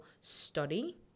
study